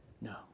No